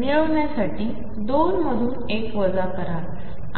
2x2मिळवण्यासाठी 2 मधून1वजाकरा